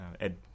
Ed